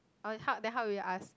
okay how then how will you ask